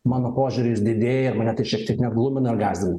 mano požiūris didėja ir mane tai šiek tiek glumina ir gąsdina